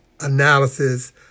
Analysis